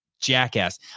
Jackass